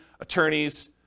attorneys